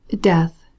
Death